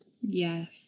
Yes